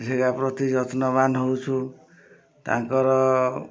ସେଇଟା ପ୍ରତି ଯତ୍ନବାନ ହେଉଛୁ ତାଙ୍କର